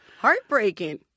heartbreaking